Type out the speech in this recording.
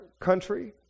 country